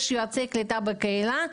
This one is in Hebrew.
יש יועצי קליטה בקהילה,